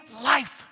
life